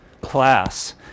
class